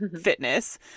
fitness